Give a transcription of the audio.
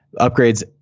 upgrades